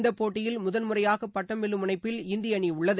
இந்தப்போட்டியில் முதன்முறையாக பட்டம் வெல்லும் முனைப்பில் இந்திய அணி உள்ளது